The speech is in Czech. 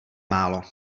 málo